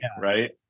right